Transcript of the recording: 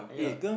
ah yeah